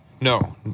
no